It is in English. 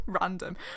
random